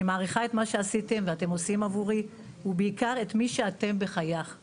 אני מעריכה את מה שעשיתם ואתם עושים עבורי ובעיקר את מי שאתם בחיי.